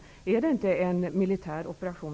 Handlar det inte om en militär operation?